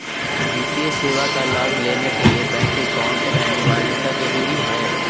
वित्तीय सेवा का लाभ लेने के लिए बैंक अकाउंट अनिवार्यता जरूरी है?